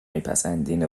میپسندین